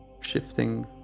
shifting